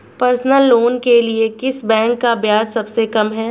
Personal loan के लिए किस बैंक का ब्याज सबसे कम है?